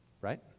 right